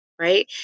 Right